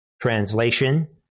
translation